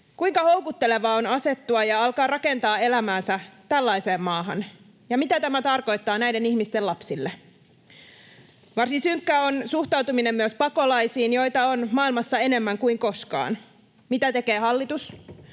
Kuinka houkuttelevaa on asettua ja alkaa rakentaa elämäänsä tällaiseen maahan, ja mitä tämä tarkoittaa näiden ihmisten lapsille? Varsin synkkä on suhtautuminen myös pakolaisiin, joita on maailmassa enemmän kuin koskaan. Mitä tekee hallitus?